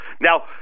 Now